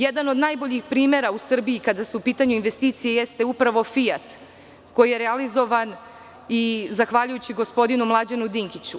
Jedan od najboljih primera u Srbiji kada su u pitanju investicije jeste upravo „Fijat“, koji je realizovan i zahvaljujući gospodinu Mlađanu Dinkiću.